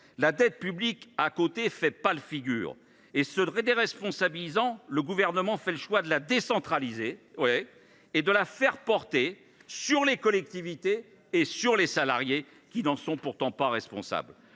La dette publique, à côté, fait pâle figure. Se déresponsabilisant, le Gouvernement fait le choix de la décentraliser – eh oui !– et d’en faire supporter le poids par les collectivités et par les salariés, qui n’en sont pourtant pas responsables.